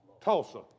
Tulsa